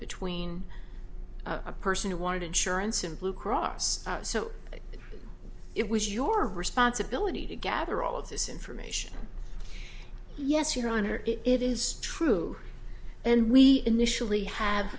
between a person who wanted insurance and blue cross so it was your responsibility to gather all of this information yes your honor it is true and we initially have